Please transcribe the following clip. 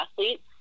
athletes